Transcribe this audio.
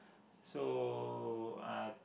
so uh